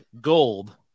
Gold